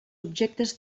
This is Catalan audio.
objectes